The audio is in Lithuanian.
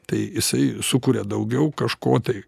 tai jisai sukuria daugiau kažko tai